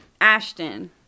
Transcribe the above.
Ashton